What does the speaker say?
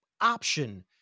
option